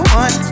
one